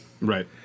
Right